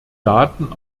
daten